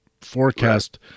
forecast